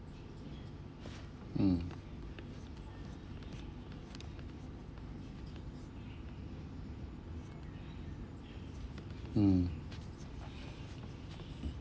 mm mm